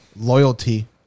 loyalty